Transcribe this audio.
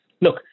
look